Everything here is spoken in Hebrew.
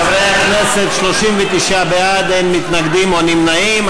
חברי הכנסת, 39 בעד, אין מתנגדים ואין נמנעים.